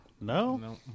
no